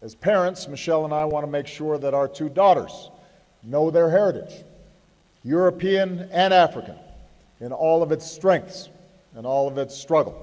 as parents michelle and i want to make sure that our two daughters know their heritage european and africa in all of its strengths and all of that struggle